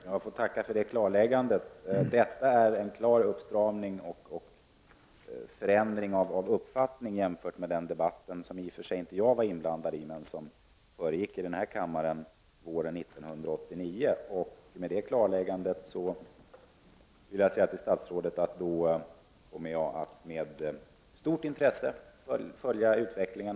Herr talman! Jag får tacka för det klargörandet. Detta är en klar uppstramning och en förändring av uppfattning i jämförelse med vad som framkomi den debatt, som jag i och för sig inte var inblandad i, som försiggick här i kammaren våren 1989. Med detta klargörande vill jag säga till statsrådet att jag med stort intresse kommer att följa utvecklingen.